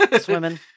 Swimming